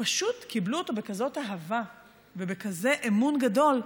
פשוט קיבלו אותו בכזאת אהבה ובכזה אמון גדול.